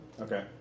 Okay